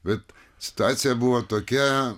bet situacija buvo tokia